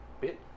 bit